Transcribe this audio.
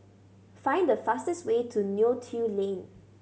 find the fastest way to Neo Tiew Lane